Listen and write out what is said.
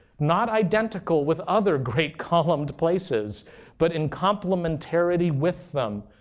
not identical with other great columned places but in complementarity with them,